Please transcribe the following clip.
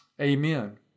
amen